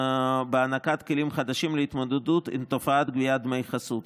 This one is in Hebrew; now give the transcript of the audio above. הענקת כלים חדשים להתמודדות עם תופעת גביית דמי חסות.